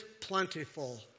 plentiful